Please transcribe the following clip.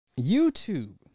YouTube